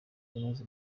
kunoza